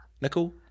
Nickel